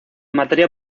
materia